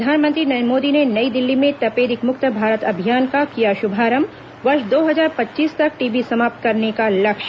प्रधानमंत्री नरेन्द्र मोदी ने नई दिल्ली में तपेदिक मुक्त भारत अभियान का किया शुभारंभ वर्ष दो हजार पच्चीस तक टीबी समाप्त करने का लक्ष्य